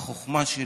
החוכמה שלו,